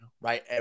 right